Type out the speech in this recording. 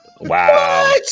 wow